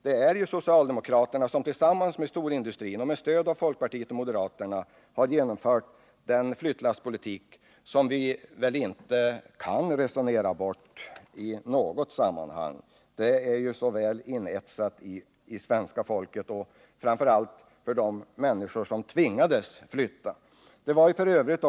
Det var socialdemokraterna som tillsammans med storindustrin och med stöd av folkpartiet och moderaterna genomförde den flyttlasspolitik som väl inte kan resoneras bort. Den är så väl inetsad hos svenska folket, framför allt de människor som tvingades flytta. Det var f.ö.